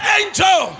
angel